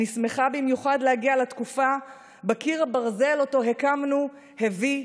אני שמחה במיוחד להגיע לתקופה שבה קיר הברזל שהקמנו הביא,